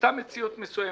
הייתה מציאות מסוימת.